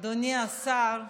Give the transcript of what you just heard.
אדוני השר,